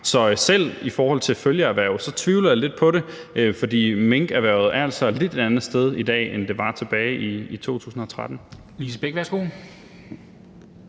Så selv i forhold til følgeerhvervene tvivler jeg lidt på det, for minkerhvervet er altså et lidt andet sted i dag, end det var tilbage i 2013.